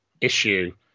issue